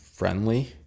friendly